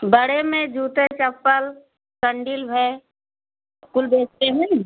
बड़े में जूते चप्पल संडिल भए कुल बेचते हैं